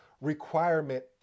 Requirement